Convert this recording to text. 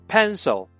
Pencil